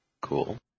Cool